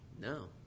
No